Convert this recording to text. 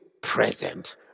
present